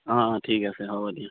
অঁ অঁ ঠিক আছে হ'ব দিয়া